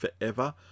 forever